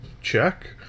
Check